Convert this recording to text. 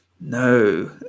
No